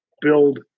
build